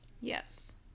Yes